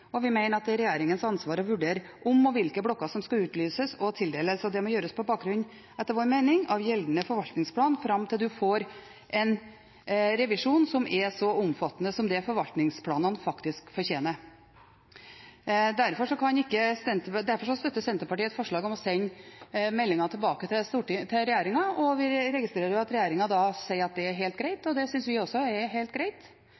Og vi mener det er regjeringens ansvar å vurdere om og hvilke blokker som skal utlyses og tildeles. Dette må etter vår mening gjøres på bakgrunn av gjeldende forvaltningsplan fram til en får en revisjon som er så omfattende som forvaltningsplanen faktisk fortjener. Derfor støtter Senterpartiet forslaget om å sende meldingen tilbake til regjeringen. Vi registrerer at regjeringen sier det er helt greit. Det synes vi også er helt greit.